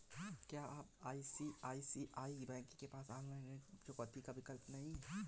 क्या ICICI bank के पास ऑनलाइन ऋण चुकौती का विकल्प नहीं है?